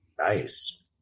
Nice